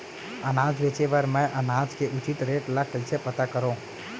अनाज बेचे बर मैं अनाज के उचित रेट ल कइसे पता करो?